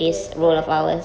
yes correct correct